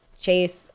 Chase